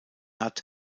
hat